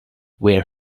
where